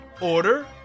order